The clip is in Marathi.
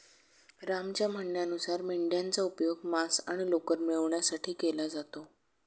रामच्या म्हणण्यानुसार मेंढयांचा उपयोग मांस आणि लोकर मिळवण्यासाठी केला जातो